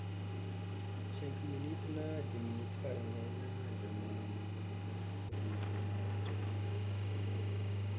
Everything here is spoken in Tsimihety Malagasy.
Cinq minute na dix minute farany hela zah magnomana kôfa mifoha maraindraigna.